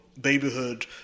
babyhood